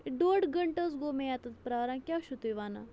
ڈۄڈ گٲنٛٹہٕ حظ گوٚو مےٚ ییٚتٮ۪تھ پیٛاران کیٛاہ چھُو تُہۍ وَنان